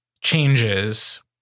changes